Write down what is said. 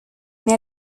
mais